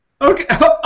Okay